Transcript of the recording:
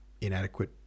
inadequate